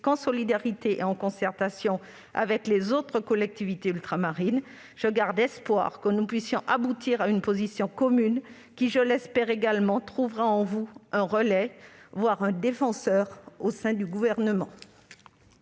qu'en solidarité et en concertation avec les autres collectivités ultramarines. Je garde espoir que nous puissions aboutir à une position commune, qui, je l'espère également, trouvera en vous un relais, voire un défenseur, au sein du Gouvernement.